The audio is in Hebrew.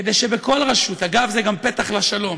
כדי שבכל רשות, אגב, זה גם פתח לשלום,